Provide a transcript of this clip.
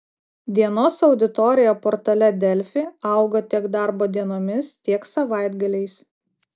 dienos auditorija portale delfi augo tiek darbo dienomis tiek savaitgaliais